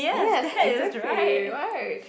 yes exactly right